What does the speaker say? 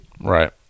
Right